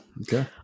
Okay